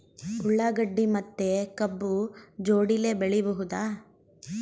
ಉಳ್ಳಾಗಡ್ಡಿ ಮತ್ತೆ ಕಬ್ಬು ಜೋಡಿಲೆ ಬೆಳಿ ಬಹುದಾ?